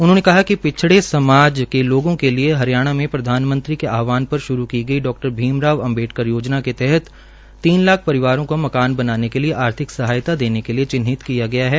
उन्होंने कहाक कि पिछड़ समाज के लोगों के लिये हरियाणा में प्रधानमंत्री के आहवान पर श्रू की गई डा भीम राव अम्बेडकर योजना के तहत तीन लाख परिवारों को मकान बनाने के लिये आर्थिक सहायता देने के लिये चिन्हित किया गया है